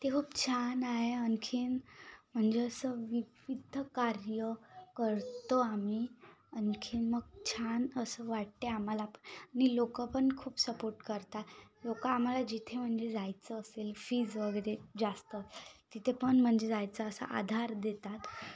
ती खूप छान आहे आणखी म्हणजे असं विविध कार्य करतो आम्ही आणखी मग छान असं वाटते आम्हाला पण आणि लोक पण खूप सपोर्ट करतात लोक आम्हाला जिथे म्हणजे जायचं असेल फिज् वगैरे जास्त तिथे पण म्हणजे जायचं असा आधार देतात